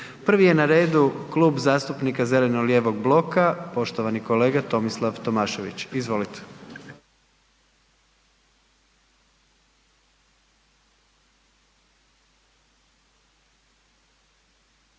Prvi je na redu Klub zastupnika Zeleno-lijevog bloka poštovani kolega Tomislav Tomašević. Izvolite.